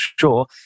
Sure